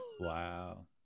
wow